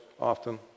often